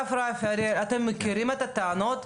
הרב רפי והראל, אתם מכירים את הטענות?